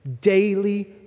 Daily